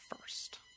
first